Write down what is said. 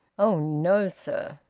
oh no, sir!